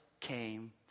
came